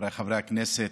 חבריי חברי הכנסת,